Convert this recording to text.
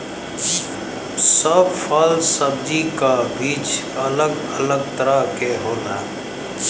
सब फल सब्जी क बीज अलग अलग तरह क होला